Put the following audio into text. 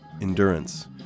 endurance